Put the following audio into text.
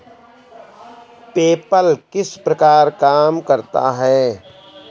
PayPal किस प्रकार काम करता है?